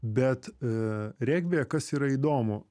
bet regbyje kas yra įdomu